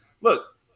Look